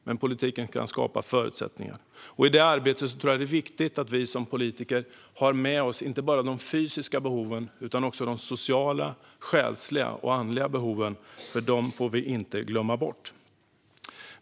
Men politiken kan skapa förutsättningar. I detta arbete tror jag att det är viktigt att vi som politiker har med oss inte bara de fysiska behoven utan också de sociala, själsliga och andliga behoven. Dem får vi inte glömma bort.